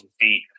feet